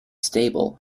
stable